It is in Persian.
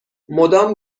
مدام